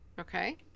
Okay